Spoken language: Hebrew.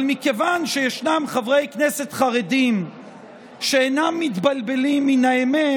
אבל מכיוון שישנם חברי כנסת חרדים שאינם מתבלבלים מן האמת,